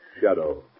Shadow